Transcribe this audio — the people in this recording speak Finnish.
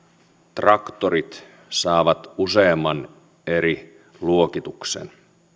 traktorit saavat useamman eri luokituksen